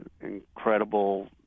incredible